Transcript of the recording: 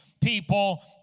people